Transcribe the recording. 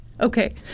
Okay